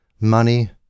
money